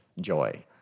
joy